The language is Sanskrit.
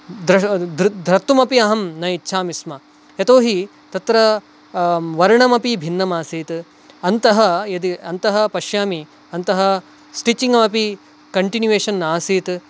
धर्तुमपि अहं न इच्छामि स्म यतो हि तत्र वर्णमपि भिन्नमासीत् अन्तः यदि अन्तः पश्यामि अन्तः स्टिचिङ्गमपि कण्टिन्युयेषन् न आसीत्